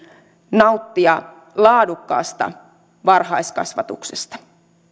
nauttia laadukkaasta varhaiskasvatuksesta